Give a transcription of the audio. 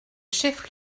chef